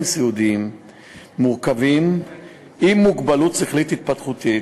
סיעודיים מורכבים עם מוגבלות שכלית-התפתחותית.